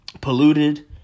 polluted